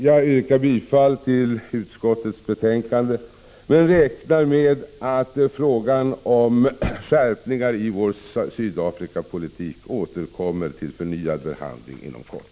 Jag yrkar bifall till utskottets hemställan men räknar med att frågan om ytterligare skärpningar i vår Sydafrikapolitik återkommer till förnyad behandling inom kort.